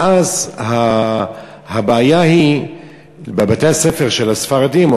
ואז הבעיה היא שלבתי-הספר של הספרדים,